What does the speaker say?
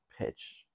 pitch